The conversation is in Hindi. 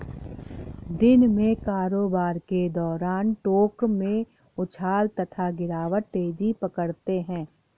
दिन में कारोबार के दौरान टोंक में उछाल तथा गिरावट तेजी पकड़ते हैं